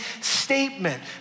statement